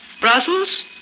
Brussels